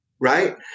Right